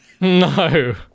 no